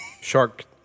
Shark